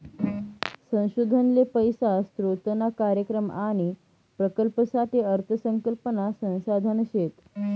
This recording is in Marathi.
संशोधन ले पैसा स्रोतना कार्यक्रम आणि प्रकल्पसाठे अर्थ संकल्पना संसाधन शेत